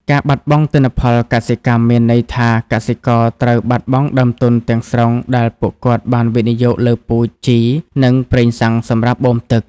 ការបាត់បង់ទិន្នផលកសិកម្មមានន័យថា កសិករត្រូវបាត់បង់ដើមទុនទាំងស្រុងដែលពួកគាត់បានវិនិយោគលើពូជ ជី និងប្រេងសាំងសម្រាប់បូមទឹក។